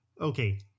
Okay